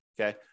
Okay